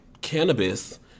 cannabis